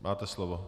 Máte slovo.